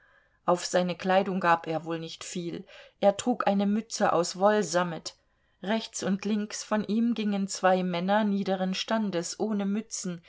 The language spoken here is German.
auf seine kleidung gab er wohl nicht viel er trug eine mütze aus wollsammet rechts und links von ihm gingen zwei männer niederen standes ohne mützen